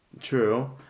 True